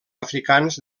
africans